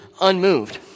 unmoved